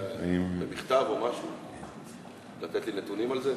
או במכתב או משהו, לתת לי נתונים על זה?